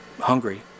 hungry